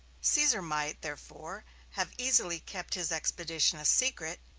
caesar might therefore have easily kept his expedition a secret,